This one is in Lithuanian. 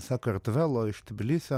sakartvelo iš tbilisio